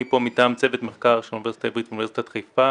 אני כאן מטעם צוות מחקר של האוניברסיטה העברית ואוניברסיטת חיפה